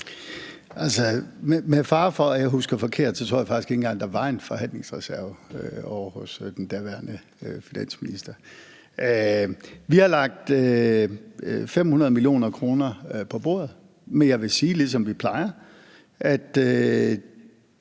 Med fare for at jeg husker forkert, tror jeg faktisk ikke engang, der var en forhandlingsreserve ovre hos den daværende finansminister. Vi har lagt 500 mio. kr. på bordet, men jeg vil sige, ligesom vi plejer, at